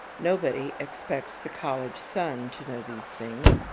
nobody expects the college son to know these things,